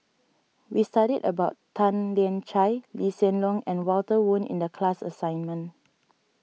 we studied about Tan Lian Chye Lee Hsien Loong and Walter Woon in the class assignment